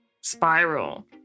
spiral